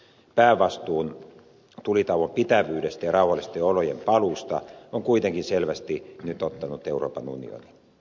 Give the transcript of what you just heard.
päävastuun tulitauon pitävyydestä ja rauhallisten olojen paluusta on kuitenkin selvästi nyt ottanut euroopan unioni